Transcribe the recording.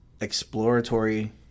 exploratory